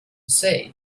say